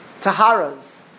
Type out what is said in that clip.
taharas